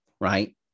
Right